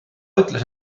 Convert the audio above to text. ütles